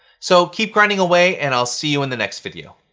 so keep grinding away, and i'll see you in the next video.